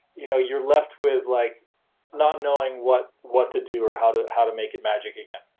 you know you're left with like not knowing what what to do or how to how to make it magic again